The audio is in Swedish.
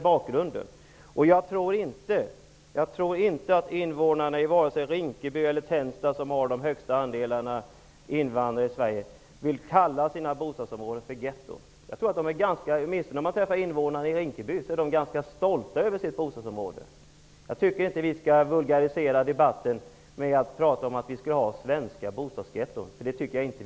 Jag tror inte att invånarna i vare sig Rinkeby eller Tensta, som har de högsta andelarna invandrare i Sverige, vill kalla sina bostadsområden för getton. Åtminstone invånarna i Rinkeby är ganska stolta över sitt bostadsområde. Vi skall inte vulgarisera debatten genom att säga att det finns svenska bostadsgetton -- det gör det inte.